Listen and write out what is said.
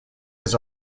his